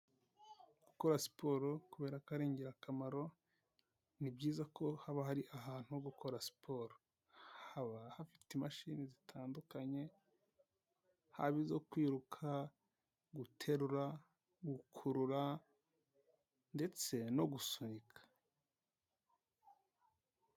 Gukora siporo kubera ko ari ingirakamaro ni byiza ko haba hari ahantu ho gukora siporo, haba hafite imashini zitandukanye haba izo kwiruka, guterura, gukurura ndetse no gusunika.